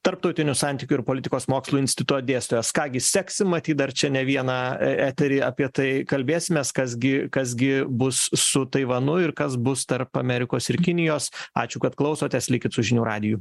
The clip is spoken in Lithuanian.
tarptautinių santykių ir politikos mokslų instituto dėstytojas ką gi seksim matyt dar čia ne vieną eteryje apie tai kalbėsimės kas gi kas gi bus su taivanu ir kas bus tarp amerikos ir kinijos ačiū kad klausotės likit su žinių radiju